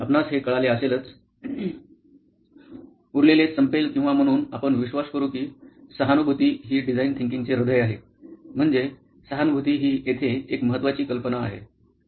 आपणास हे कळाले असेलच उरलेले संपेल किंवा म्हणून आपण विश्वास करू कि सहानुभूती हि डिझाईन थिंकिंग चे हृदय आहे म्हणजे सहानुभूती ही येथे एक महत्त्वाची कल्पना आहे